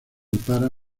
para